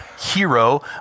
hero